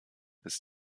ist